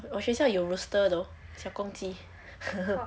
我学校有 rooster though 小公鸡